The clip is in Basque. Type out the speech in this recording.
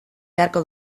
beharko